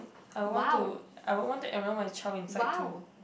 I want to I would want to enroll my child inside too